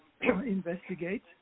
investigate